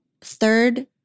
third